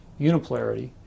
unipolarity